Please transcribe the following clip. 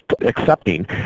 accepting